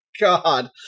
god